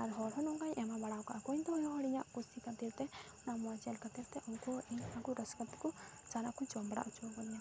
ᱟᱨ ᱦᱚᱲ ᱦᱚᱸ ᱱᱚᱝᱠᱟᱧ ᱮᱢᱟ ᱵᱟᱲᱟᱣ ᱠᱟᱫ ᱠᱚᱣᱟᱧ ᱛᱚ ᱦᱚᱲ ᱦᱚᱸ ᱚᱱᱟ ᱠᱩᱥᱤ ᱠᱷᱟᱹᱛᱤᱨ ᱛᱮ ᱚᱱᱟ ᱢᱚᱡᱽ ᱧᱮᱞ ᱠᱷᱟᱹᱛᱤᱨ ᱛᱮ ᱩᱱᱠᱩ ᱤᱧ ᱟᱠᱚ ᱨᱟᱹᱥᱠᱟᱹ ᱛᱮᱠᱚ ᱡᱟᱦᱟᱸᱱᱟᱜ ᱠᱚ ᱡᱚᱢ ᱵᱟᱲᱟ ᱦᱚᱪᱚᱣ ᱠᱟᱫᱤᱧᱟ ᱠᱚ